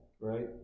right